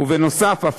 ונוסף על כך,